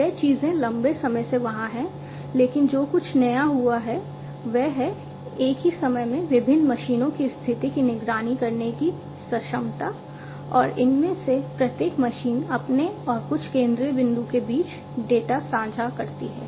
वे चीजें लंबे समय से वहाँ हैं लेकिन जो कुछ नया हुआ है वह है एक ही समय में विभिन्न मशीनों की स्थिति की निगरानी करने की सक्षमता और इनमें से प्रत्येक मशीन अपने और कुछ केंद्रीय बिंदु के बीच डेटा साझा करती है